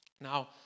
now